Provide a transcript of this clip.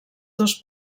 dos